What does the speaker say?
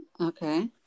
Okay